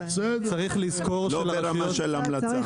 לא ברמה של המלצה.